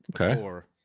okay